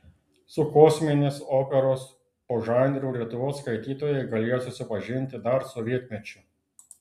su kosminės operos požanriu lietuvos skaitytojai galėjo susipažinti dar sovietmečiu